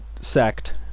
sect